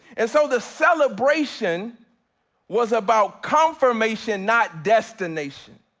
and so the celebration was about confirmation, not destination.